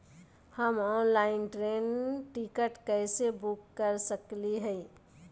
हम online train ticket कैसे book कर सकली हई?